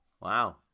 Wow